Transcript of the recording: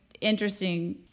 interesting